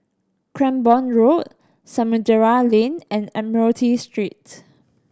Cranborne Road Samudera Lane and Admiralty Street